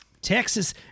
Texas